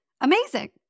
amazing